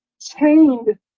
chained